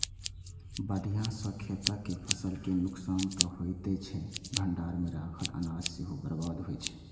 बाढ़ि सं खेतक फसल के नुकसान तं होइते छै, भंडार मे राखल अनाज सेहो बर्बाद होइ छै